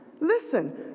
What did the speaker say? Listen